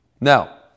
Now